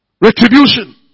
Retribution